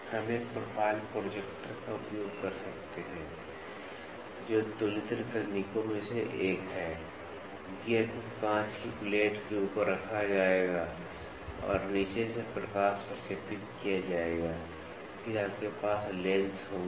हम एक profile projector का उपयोग कर सकते हैं जो तुलनित्र तकनीकों में से एक है गियर को कांच की प्लेट के ऊपर रखा जाएगा और फिर नीचे से प्रकाश प्रक्षेपित किया जाएगा फिर आपके पास लेंस होंगे